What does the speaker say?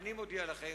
אני מודיע לכם,